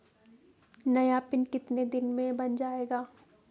नया पिन कितने दिन में बन जायेगा?